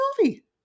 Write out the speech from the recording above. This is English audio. movie